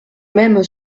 même